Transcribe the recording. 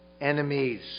enemies